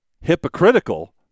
hypocritical